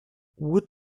wood